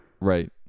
Right